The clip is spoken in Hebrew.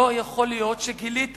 לא יכול להיות שגילית